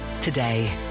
today